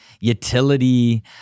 utility